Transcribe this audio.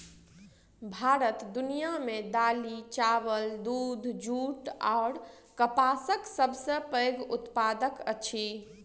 भारत दुनिया मे दालि, चाबल, दूध, जूट अऔर कपासक सबसे पैघ उत्पादक अछि